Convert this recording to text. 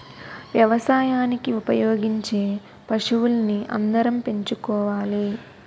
వ్యవసాయానికి ఉపయోగించే పశువుల్ని అందరం పెంచుకోవాలి